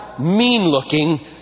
mean-looking